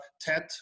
TED